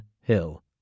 Hill